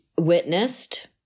witnessed